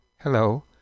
Hello